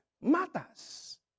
matters